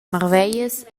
marveglias